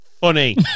funny